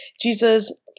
jesus